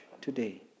today